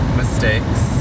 mistakes